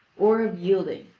or of yielding,